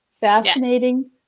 fascinating